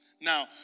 Now